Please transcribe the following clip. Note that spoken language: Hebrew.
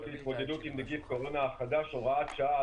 להתמודדות עם נגיף הקורונה החדש (הוראת שעה),